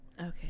Okay